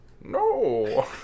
No